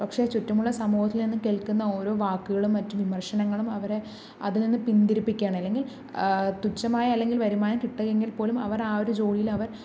പക്ഷേ ചുറ്റുമുള്ള സമൂഹത്തിൽ നിന്നും കേൾക്കുന്ന ഓരോ വാക്കുകളും മറ്റു വിമർശനങ്ങളും അവരെ അതിൽ നിന്ന് പിന്തിരിപ്പിക്കാണ് അല്ലെങ്കിൽ തുച്ഛമായ അല്ലെങ്കിൽ വരുമാനം കിട്ടുമെങ്കിൽ പോലും അവർ ആ ഒരു ജോലിയിൽ അവർ